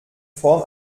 form